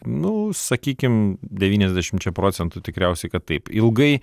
nu sakykim devyniasdešimčia procentų tikriausiai kad taip ilgai